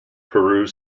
peru